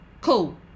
Cool